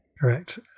Correct